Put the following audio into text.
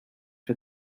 for